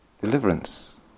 Deliverance